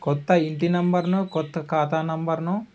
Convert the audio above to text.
క్రొత్త ఇంటి నెంబర్ను క్రొత్త ఖాతా నంబర్ను